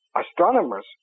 astronomers